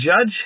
judge